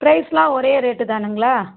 ப்ரைஸ்லாம் ஒரே ரேட்டுதானுங்களா